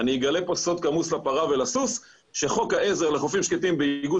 אני אגלה פה סוד כמוס לפרה ולסוס שחוק העזר לחופים שקטים באיגוד